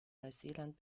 neuseeland